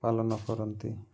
ପାଳନ କରନ୍ତି